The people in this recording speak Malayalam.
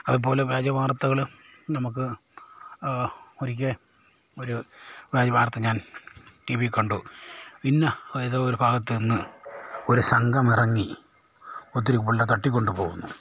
അതുപോലെ വ്യാജവാർത്തകൾ നമുക്ക് ഒരിക്കൽ ഒരു വ്യാജവാർത്ത ഞാൻ ടി വി കണ്ടു ഇന്ന ഏതോ ഒരു ഭാഗത്തു നിന്ന് ഒരു സംഘമിറങ്ങി ഒത്തിരി ഗുണ്ട തട്ടികൊണ്ടുപോകുന്നു